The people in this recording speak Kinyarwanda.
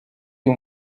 uyu